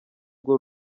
rwo